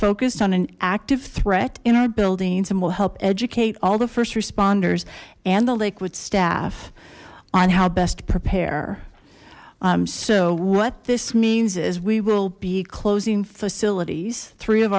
focused on an active threat in our buildings and will help educate all the first responders and the liquid staff on how best to prepare so what this means is we will be closing facilities three of